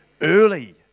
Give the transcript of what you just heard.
Early